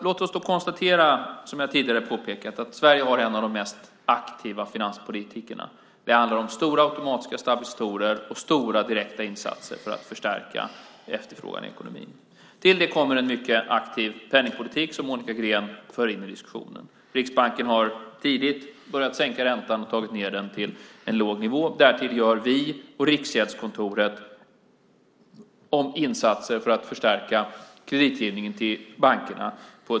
Låt oss konstatera, som jag tidigare påpekat, att Sveriges finanspolitik är en av de mest aktiva. Det handlar om stora automatiska stabilisatorer och stora direkta insatser för att förstärka efterfrågan i ekonomin. Till det kommer den mycket aktiva penningpolitik som Monica Green för in i diskussionen. Riksbanken började tidigt sänka räntan och har tagit ned den till en låg nivå. Därtill gör vi och Riksgäldskontoret omfattande insatser för att förstärka kreditgivningen till bankerna.